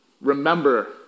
remember